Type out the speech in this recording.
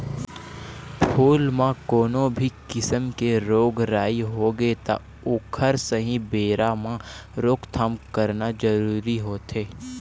फूल म कोनो भी किसम के रोग राई होगे त ओखर सहीं बेरा म रोकथाम करना जरूरी होथे